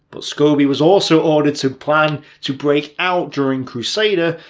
but scobie was also ordered to plan to break out during crusader,